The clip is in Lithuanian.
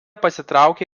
pasitraukė